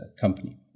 company